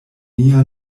nia